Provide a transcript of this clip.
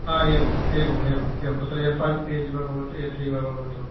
हा एवम् एवम् एवम् एवं तत्र एफ़ै पेज् वा भवतु ए थ्री वा भवतु